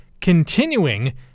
continuing